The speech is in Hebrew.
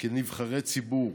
כנבחרי ציבור.